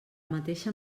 mateixa